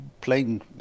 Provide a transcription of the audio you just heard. playing